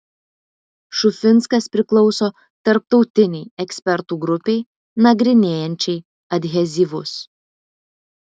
šufinskas priklauso tarptautinei ekspertų grupei nagrinėjančiai adhezyvus